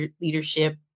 leadership